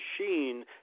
machine